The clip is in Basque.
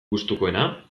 gustukoena